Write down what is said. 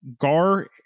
Gar